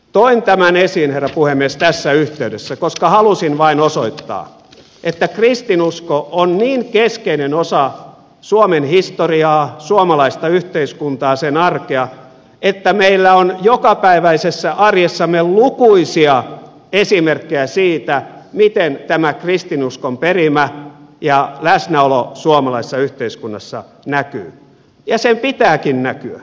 toin tämän esiin herra puhemies tässä yhteydessä koska halusin vain osoittaa että kristinusko on niin keskeinen osa suomen historiaa suomalaista yhteiskuntaa sen arkea että meillä on jokapäiväisessä arjessamme lukuisia esimerkkejä siitä miten tämä kristinuskon perimä ja läsnäolo suomalaisessa yhteiskunnassa näkyy ja sen pitääkin näkyä